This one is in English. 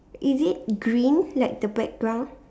is it green like the background